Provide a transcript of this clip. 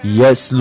yes